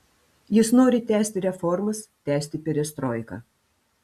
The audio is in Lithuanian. jis nori tęsti reformas tęsti perestroiką